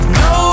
no